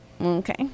okay